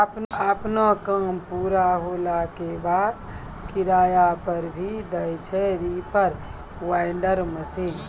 आपनो काम पूरा होला के बाद, किराया पर भी दै छै रीपर बाइंडर मशीन